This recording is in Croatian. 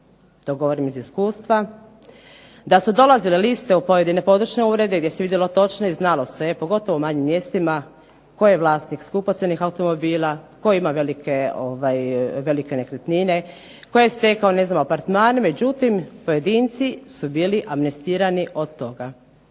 to govorim iz iskustva, da su dolazile liste u pojedine područne urede gdje se vidjelo točno i znalo se je, pogotovo u manjim mjestima, tko je vlasnik skupocjenih automobila, tko ima velike nekretnine, tko je stekao ne znam apartman, međutim pojedinci su bili amnestirani od toga.